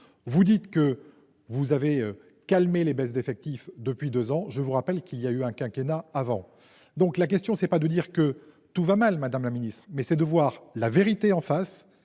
Vous dites que vous avez calmer les baisses d'effectifs depuis 2 ans. Je vous rappelle qu'il y a eu un quinquennat avant donc la question c'est pas de dire que tout va mal Madame la Ministre mais c'est de voir la vérité en face